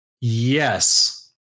yes